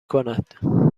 کند